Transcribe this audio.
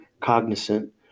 cognizant